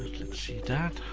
let's see that.